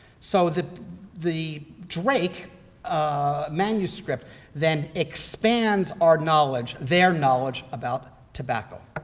so the the drake ah manuscript then expands our knowledge, their knowledge, about tobacco.